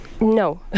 No